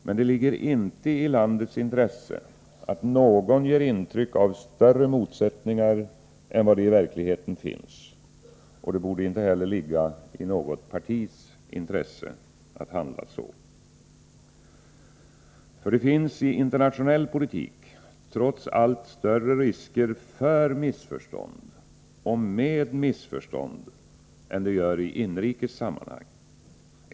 Men det ligger inte i landets intresse att någon ger intryck av större motsättningar än vad det i verkligheten finns. Det borde inte heller ligga i något partis intresse att handla så. Det finns i internationell politik trots allt större risker för missförstånd och med missförstånd än i inrikes sammanhang.